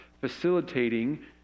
facilitating